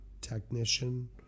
technician